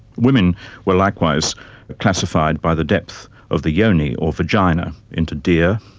women were likewise classified by the depth of the yoni or vagina into deer,